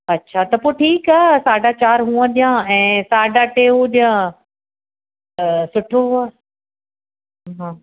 अच्छा त पोइ ठीकु आहे साढा चार हूअं ॾियां ऐं साढा टे हू ॾियां त सुठो आहे हा